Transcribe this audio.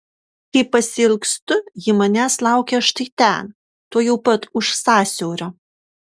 kai pasiilgstu ji manęs laukia štai ten tuojau pat už sąsiaurio